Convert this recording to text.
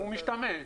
הוא משתמש.